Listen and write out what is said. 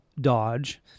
Dodge